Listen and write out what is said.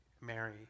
Mary